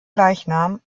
leichnam